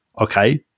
okay